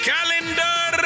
Calendar